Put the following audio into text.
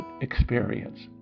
experience